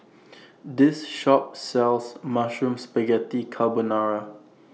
This Shop sells Mushroom Spaghetti Carbonara